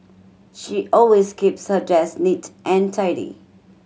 she always keeps her desk neat and tidy